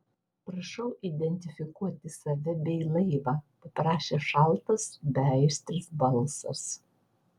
prašau identifikuoti save bei laivą paprašė šaltas beaistris balsas